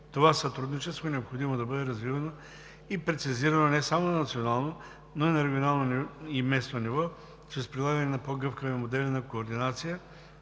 Това сътрудничество е необходимо да бъде развивано и прецизирано не само на национално, но и на регионално и местно ниво чрез прилагане на по-гъвкави модели на координация